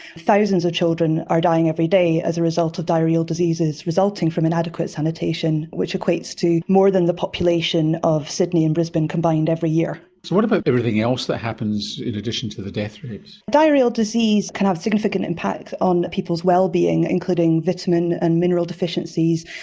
thousands of children are dying every day as a result of diarrhoeal diseases resulting from inadequate sanitation, which equates to more than the population of sydney and brisbane combined every year. so what about everything else that happens in addition to the death rates? diarrhoeal disease can have significant impact on people's well-being, including vitamin and mineral deficiencies,